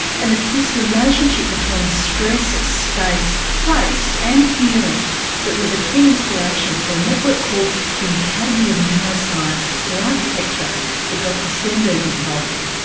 and it's this relationship between stress, space, place and healing that was a key inspiration for a network called the academy of neuroscience for architecture that dr sternberg is involved in.